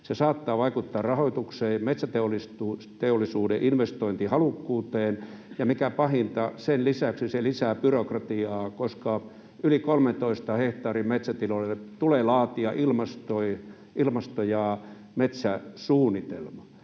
Se saattaa vaikuttaa rahoitukseen ja metsäteollisuuden investointihalukkuuteen, ja mikä pahinta, sen lisäksi se lisää byrokratiaa, koska yli 13 hehtaarin metsätiloille tulee laatia ilmasto- ja metsäsuunnitelma.